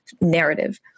narrative